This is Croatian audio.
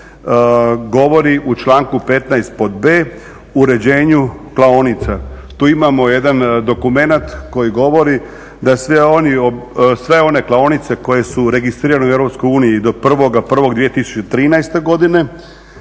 govori u članku 15. pod b) o uređenju klaonica. Tu imamo jedan dokument koji govori da sve one klaonice koje su registrirane u Europskoj uniji do 1.1.2013. godine